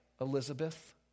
Elizabeth